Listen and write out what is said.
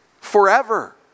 forever